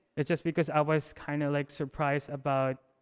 it's just because i was kind of like surprised about,